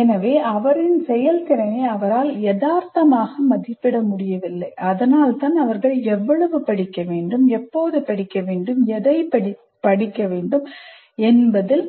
எனவே அவரின் செயல்திறனை அவரால் யதார்த்தமாக மதிப்பிட முடியவில்லை அதனால்தான் அவர்கள் எவ்வளவு படிக்க வேண்டும் எப்போது படிக்க வேண்டும் எதைப் படிக்க வேண்டும் என்பதில்